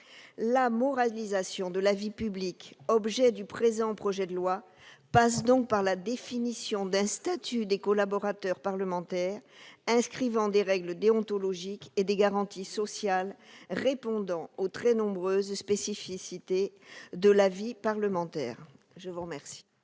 La moralisation de la vie publique, objet du présent projet de loi, passe donc par la définition d'un statut des collaborateurs parlementaires, inscrivant des règles déontologiques et des garanties sociales répondant aux très nombreuses spécificités de la vie parlementaire. L'amendement